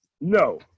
no